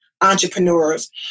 entrepreneurs